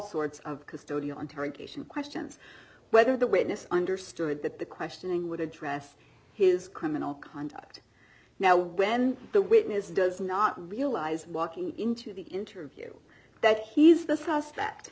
sorts of custodial interrogation questions whether the witness understood that the questioning would address his criminal conduct now when the witness does not realize walking into the interview that he's the suspect that